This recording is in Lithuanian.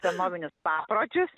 senovinius papročius